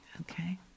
Okay